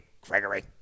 Gregory